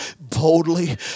boldly